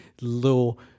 little